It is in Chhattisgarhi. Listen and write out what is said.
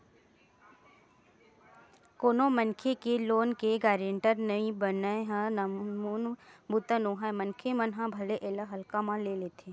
कोनो मनखे के लोन के गारेंटर बनई ह नानमुन बूता नोहय मनखे मन ह भले एला हल्का म ले लेथे